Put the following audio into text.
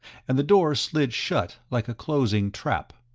and the door slid shut like a closing trap.